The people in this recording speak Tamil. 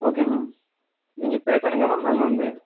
ஓகே மேம் நீங்கள் பே பண்ணுங்கள் மேம் நாங்கள் வந்து